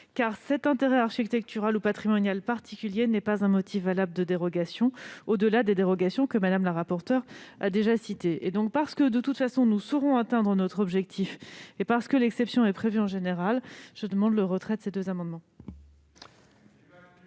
car cet intérêt architectural ou patrimonial particulier n'est pas un motif valable de dérogations, au-delà des dérogations que Mme la rapporteure pour avis a déjà citées. Parce que nous saurons, de toute façon, atteindre notre objectif, et parce que l'exception prévue est générale, je demande le retrait de ces deux amendements.